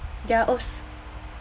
they're als~